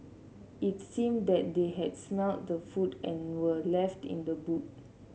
it seemed that they had smelt the food and were left in the boot